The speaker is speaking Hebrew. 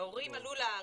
ההורים עלו לארץ,